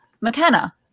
McKenna